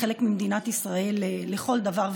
לחלק ממדינת ישראל לכל דבר ועניין.